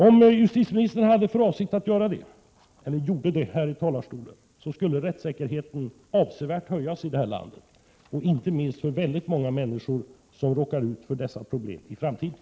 Om justitieministern alltså kunde lämna ett sådant besked i dag, skulle rättssäkerheten avsevärt höjas i det här landet, inte minst för väldigt många människor som råkar ut för dessa problem i framtiden.